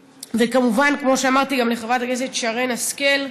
וכמובן, כמו שאמרתי, לחברת הכנסת שרן השכל,